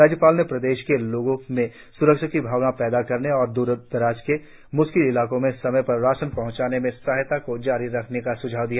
राज्यपाल ने प्रदेश के लोगों में स्रक्षा की भावना पैदा करने और द्रर दराज के मुश्किल इलाकों में समय पर राशन पहंचाने में सहायता को जारी रखने का सुझाव दिया